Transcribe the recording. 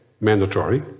mandatory